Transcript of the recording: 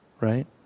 Right